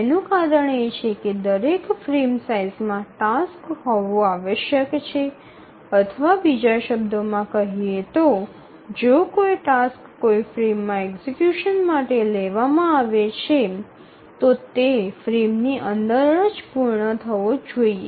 તેનું કારણ એ છે કે દરેક ફ્રેમ સાઇઝ માં ટાસ્ક હોવું આવશ્યક છે અથવા બીજા શબ્દોમાં કહીએ તો જો કોઈ ટાસ્ક કોઈ ફ્રેમમાં એક્ઝિકયુશન માટે લેવામાં આવે છે તો તે ફ્રેમની અંદર જ પૂર્ણ થવો જોઈએ